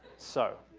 so,